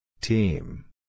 Team